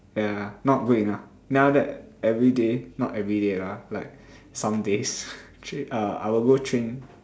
yeah not good enough then after that everyday not everyday lah like some days actually I will go train